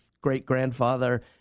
great-grandfather